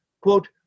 quote